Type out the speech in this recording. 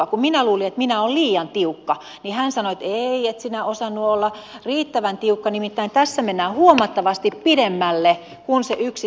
kun minä luulin että minä olen liian tiukka niin hän sanoi että ei et sinä osannut olla riittävän tiukka nimittäin tässä mennään huomattavasti pidemmälle kuin se yksi